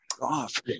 off